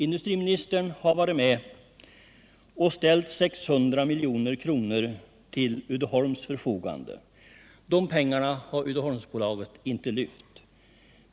Industriministern har ställt 600 milj.kr. till Uddeholms förfogande, men de pengarna har Uddeholmsbolaget inte lyft.